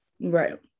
right